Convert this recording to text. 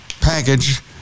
package